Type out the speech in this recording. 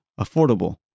affordable